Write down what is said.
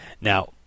Now